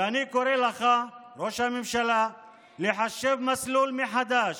ואני קורא לך, ראש הממשלה, לחשב מסלול מחדש